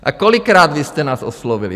A kolikrát vy jste nás oslovili?